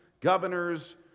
governors